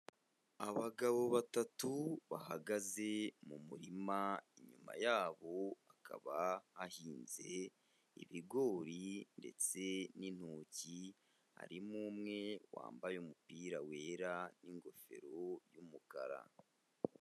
Abagabo batatu bahagaze mu murima, inyuma yabo hakaba hahinze ibigori ndetse n'intoki, harimo umwe wambaye umupira wera n'ingofero y'umukara.